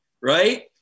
right